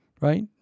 right